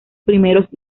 primeros